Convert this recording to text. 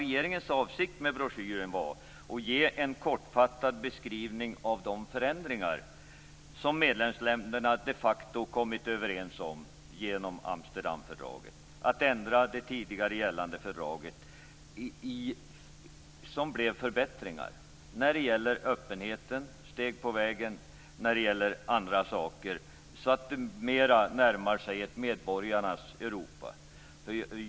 Regeringens avsikt med broschyren var att ge en kortfattad beskrivning av de förändringar som medlemsländerna de facto kommit överens om i Amsterdamfördraget. Det blev förbättringar från det tidigare fördraget när det gäller öppenheten och steg på vägen för att närma sig ett medborgarnas Europa.